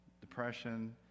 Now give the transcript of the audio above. depression